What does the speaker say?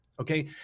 Okay